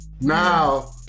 Now